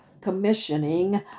commissioning